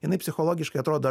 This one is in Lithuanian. jinai psichologiškai atrodo